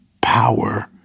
power